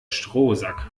strohsack